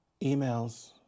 Emails